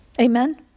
amen